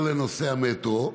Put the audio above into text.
לנושא המטרו,